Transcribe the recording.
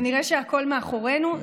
זה נראה שהכול מאחורינו.